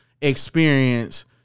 experience